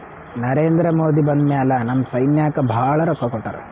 ನರೇಂದ್ರ ಮೋದಿ ಬಂದ್ ಮ್ಯಾಲ ನಮ್ ಸೈನ್ಯಾಕ್ ಭಾಳ ರೊಕ್ಕಾ ಕೊಟ್ಟಾರ